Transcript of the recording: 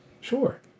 sure